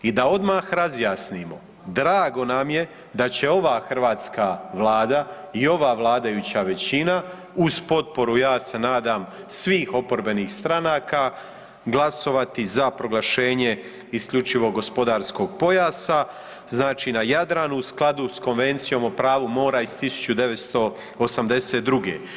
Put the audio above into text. I da odmah razjasnimo, drago nam je da će ova hrvatska Vlada i ova vladajuća većina uz potporu ja se nadam svih oporbenih stranaka glasovati za proglašenje isključivog gospodarskog pojasa, znači na Jadranu u skladu sa Konvencijom o pravu mora iz 1982.